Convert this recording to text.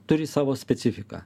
turi savo specifiką